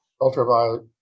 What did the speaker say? ultraviolet